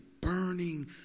burning